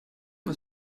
was